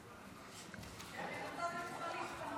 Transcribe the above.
אני כמובן אתייחס גם